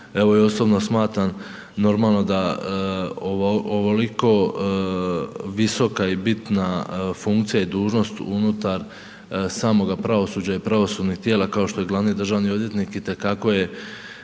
evo i osobno smatram normalno da ovoliko visoka i bitna funkcija i dužnost unutar samoga pravosuđa i pravosudnih tijela kao što je glavni odvjetnik, itekako je